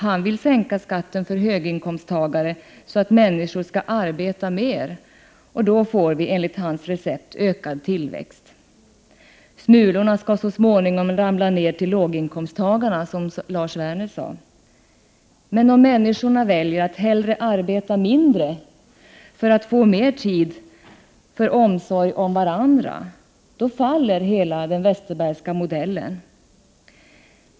Han vill sänka skatten för höginkomsttagare så att människor skall arbeta mer; då får vi enligt hans recept ökad tillväxt. Smulorna skall så småningom ramla ner till låginkomsttagarna, som Lars Werner sade. Men om människorna väljer att hellre arbeta mindre för att få mer tid för omsorg om varandra, då faller hela den Westerbergska modellen.